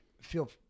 feel